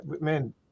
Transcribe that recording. man